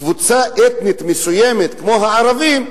קבוצה אתנית מסוימת כמו הערבים,